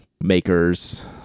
makers